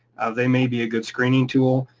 they may be a good screening tool.